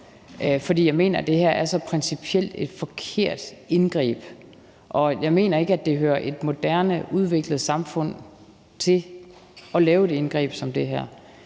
For jeg mener, at det her er så principielt et forkert indgreb, og jeg mener ikke, at det hører et moderne, udviklet samfund til at lave et indgreb som det her.